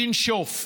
תנשוף.